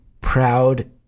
proud